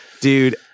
Dude